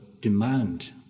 demand